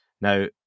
Now